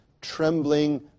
trembling